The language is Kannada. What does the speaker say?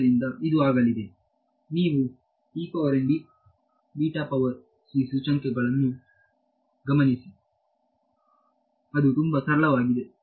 ಆದ್ದರಿಂದ ಇದು ಆಗಲಿದೆ ನೀವು ಸೂಚ್ಯಂಕಗಳನ್ನು ಗಮನಿಸಿದರೆ ಅದು ತುಂಬಾ ಸರಳವಾಗಿದೆ